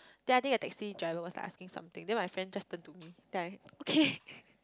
then I think the taxi driver was like asking something then my friend just turn to me then I okay